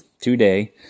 today